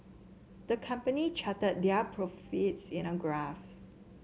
the company charted their profits in a graph